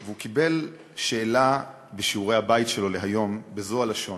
הוא קיבל שאלה לשיעורי-הבית שלו להיום בזו הלשון: